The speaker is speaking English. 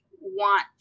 want